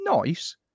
nice